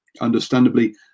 Understandably